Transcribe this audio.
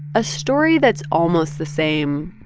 a story that's almost the same,